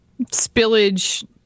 Spillage